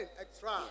extra